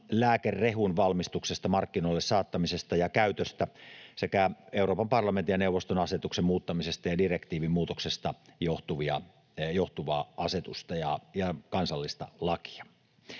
lääkerehun valmistuksesta, markkinoille saattamisesta ja käytöstä sekä Euroopan parlamentin ja neuvoston asetuksen muuttamisesta ja direktiivin muutoksesta johtuvaa asetusta ja kansallista lakia.